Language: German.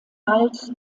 bald